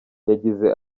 yagize